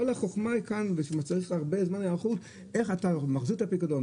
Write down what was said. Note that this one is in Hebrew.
כל החוכמה כאן שמצריכה הרבה זמן היערכות היא איך אתה מחזיר את הפיקדון,